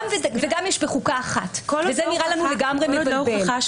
גם ו גם יש בחוקה אחת וזה נראה לנו לגמרי מתבלבל.